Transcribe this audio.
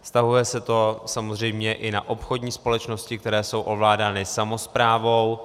Vztahuje se to samozřejmě i na obchodní společnosti, které jsou ovládány samosprávou.